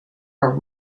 are